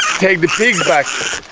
take the pig back.